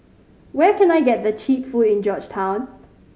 where can I get the cheap food in Georgetown